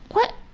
what.